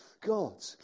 God